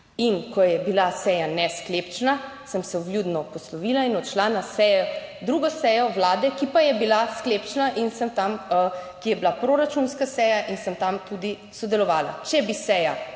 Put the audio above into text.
in ko je bila seja nesklepčna sem se vljudno poslovila in odšla na drugo sejo Vlade, ki pa je bila sklepčna in sem tam, ki je bila proračunska seja, in sem tam tudi sodelovala. Če bi seja